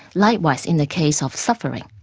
likewise in the case of suffering.